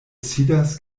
sidas